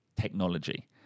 technology